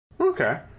Okay